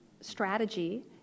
strategy